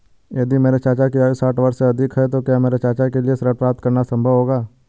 यदि मेरे चाचा की आयु साठ वर्ष से अधिक है तो क्या मेरे चाचा के लिए ऋण प्राप्त करना संभव होगा?